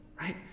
right